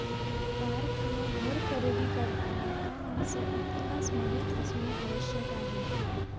car किंवा घर खरेदी करताना त्यामागचा इतिहास माहित असणे आवश्यक आहे